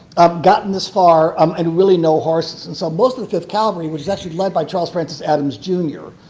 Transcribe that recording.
gotten this far um and really know horses. and so most of the fifth cavalry was actually led by charles francis adams jr,